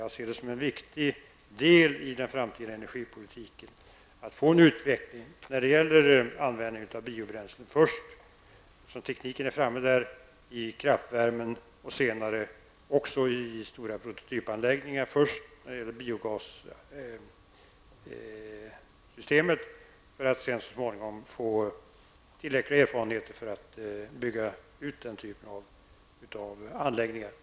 Jag ser det som en viktig del i den framtida energipolitiken att få till stånd en utveckling av användningen av biobränslen, först i kraftvärmeverk -- eftersom den tekniken redan finns -- och senare i biogasanläggningar, till att börja med i stora prototypanläggningar och sedan, när man har fått tillräckliga erfarenheter, i fullskaleanläggningar.